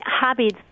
habits